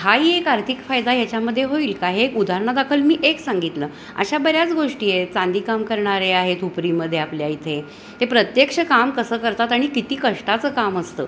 हाही एक आर्थिक फायदा ह्याच्यामध्ये होईल का हे एक उदाहारणादाखल मी एक सांगितलं अशा बऱ्याच गोष्टी आहेत चांदीकाम करणारे आहे हुपरीमध्ये आपल्या इथे ते प्रत्यक्ष काम कसं करतात आणि किती कष्टाचं काम असतं